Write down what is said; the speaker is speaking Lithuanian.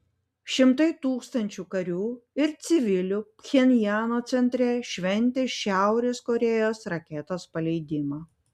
šimtai tūkstančių karių ir civilių pchenjano centre šventė šiaurės korėjos raketos paleidimą